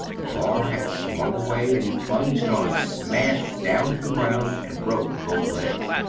the bar had swung away, and he plunged on smash down to the ground, and broke both legs.